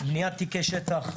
בניית תיקי שטח,